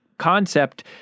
Concept